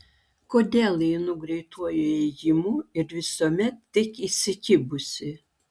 kodėl einu greituoju ėjimu ir visuomet tik įsikibusi